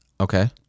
Okay